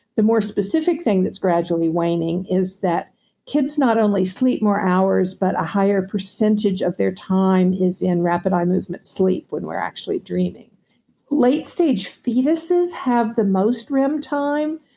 the more specific thing that's gradually waning is that kids not only sleep more hours but a higher percentage of their time is in rapid eye movement sleep when we're actually dreaming late stage fetuses have the most rem time.